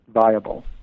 viable